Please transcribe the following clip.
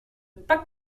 pas